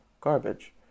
garbage